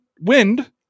wind